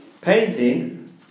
painting